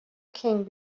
king